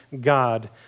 God